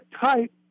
tight